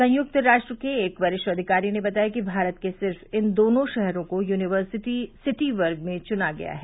संयुक्त राष्ट्र के एक वरिष्ठ अधिकारी ने बताया कि भारत के सिर्फ इन दोनों शहरो को यूनिर्विसटी सिटी वर्ग में चुना गया है